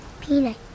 Peanut